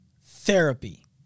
therapy